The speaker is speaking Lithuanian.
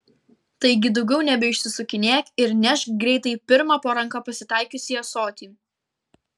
taigi daugiau nebeišsisukinėk ir nešk greitai pirmą po ranka pasitaikiusį ąsotį